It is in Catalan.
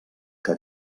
que